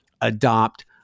adopt